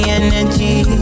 energy